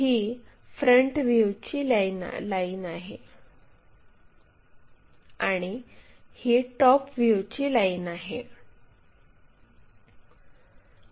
ही front व्ह्यूची line आहे आणि ही टॉप व्ह्यूची लाईन आहे